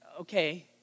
Okay